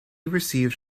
received